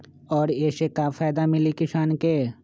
और ये से का फायदा मिली किसान के?